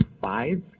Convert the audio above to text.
five